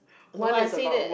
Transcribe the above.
one is about work